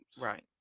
right